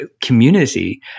community